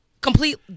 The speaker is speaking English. complete